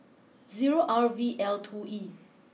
zero R V L two E